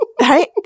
right